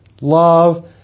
love